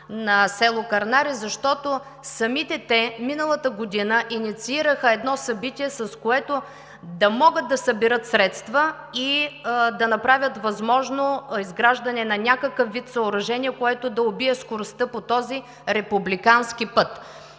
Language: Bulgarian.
на село Кърнаре, защото самите те миналата година инициираха едно събитие, с което да могат да съберат средства и да направят възможно изграждане на някакъв вид съоръжение, което да убие скоростта по този републикански път.